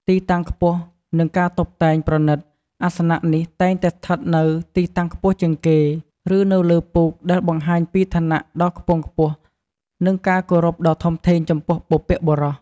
ទីតាំងខ្ពស់និងការតុបតែងប្រណិត អាសនៈនេះតែងតែស្ថិតនៅទីតាំងខ្ពស់ជាងគេ ឬនៅលើពូក ដែលបង្ហាញពីឋានៈដ៏ខ្ពង់ខ្ពស់ និងការគោរពដ៏ធំធេងចំពោះបុព្វបុរស។